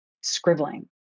scribbling